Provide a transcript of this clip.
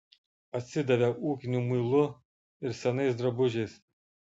atsidavė ūkiniu muilu ir senais drabužiais